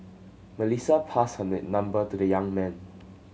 Melissa passed her number to the young man